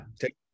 Take